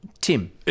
Tim